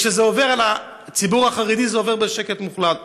כשזה עובר על הציבור החרדי זה עובר בשקט מוחלט.